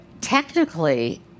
technically